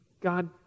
God